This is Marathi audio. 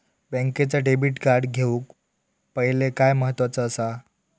बँकेचा डेबिट कार्ड घेउक पाहिले काय महत्वाचा असा?